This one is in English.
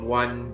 one